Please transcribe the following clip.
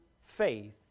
faith